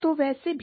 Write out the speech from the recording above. तो वैसे भी